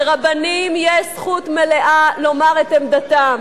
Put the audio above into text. לרבנים יש זכות מלאה לומר את עמדתם,